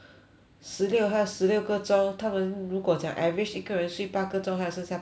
十六还有十六个钟他们如果讲 average 一个人睡八个钟还有剩下八个钟